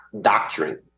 doctrine